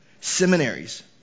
Seminaries